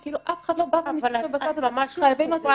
שכאילו אף אחד לא בא --- אבל את ממש לא שקופה,